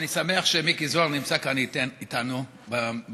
אני שמח שמיקי זוהר נמצא כאן איתנו במליאה,